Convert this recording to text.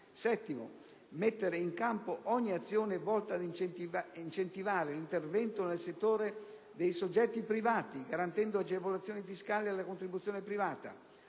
mettere in campo ogni azione volta ad incentivare l'intervento nel settore dei soggetti privati, garantendo agevolazioni fiscali alla contribuzione privata;